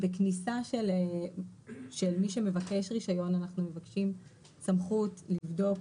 בכניסה של מי שמבקש רישיון אנחנו מבקשים סמכות לבדוק